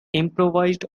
improvised